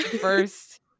First